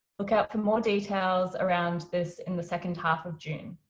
look out for more details around this in the second half of union.